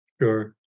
sure